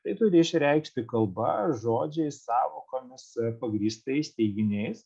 tai turi išreikšti kalba žodžiais sąvokomis pagrįstais teiginiais